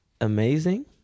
amazing